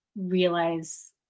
realize